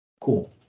cool